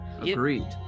Agreed